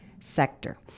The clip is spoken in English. sector